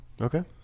Okay